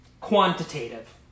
quantitative